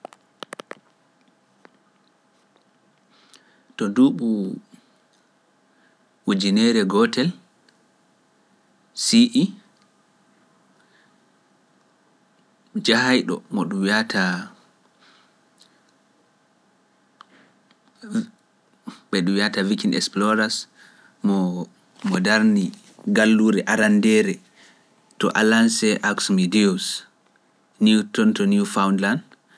To duuɓu ujunere gootel Si'i, jahayɗo mo ɗum wi’ata Wikine Explorers mo darni galluure arandeere to Alance, Aksumideyus, Niw toon to Niw, Fondland.